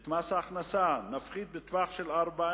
את מס ההכנסה נפחית בטווח של ארבע